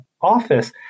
office